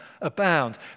abound